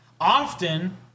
often